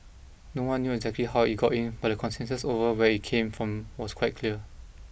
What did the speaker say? no one knew exactly how it got in but the consensus over where it came from was quite clear